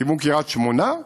לכיוון קריית שמונה,